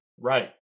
Right